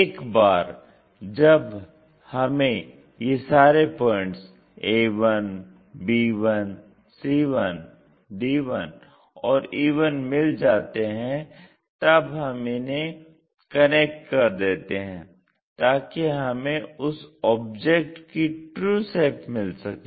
एक बार जब हमें ये सारे points a1 b 1 c 1 d 1 और e 1 मिल जाते हैं तब हम इन्हे कनेक्ट कर देते हैं ताकि हमें उस ऑब्जेक्ट की ट्रू शेप मिल सके